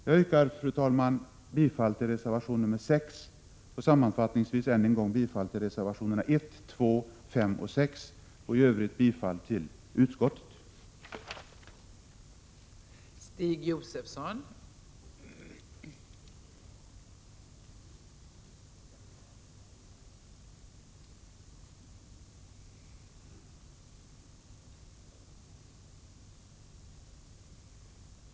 Jag yrkar, fru talman, bifall till reservation nr 6 och sammanfattningsvis än en gång bifall till reservationerna 1, 2, 5 och 6 och i övrigt bifall till hemställan i utskottets betänkande.